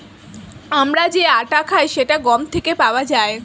আমরা যে আটা খাই সেটা গম থেকে পাওয়া যায়